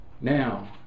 Now